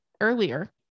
earlier